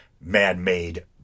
man-made